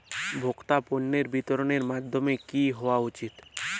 ভোক্তা পণ্যের বিতরণের মাধ্যম কী হওয়া উচিৎ?